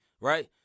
right